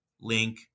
link